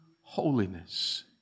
holiness